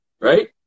right